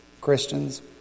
Christians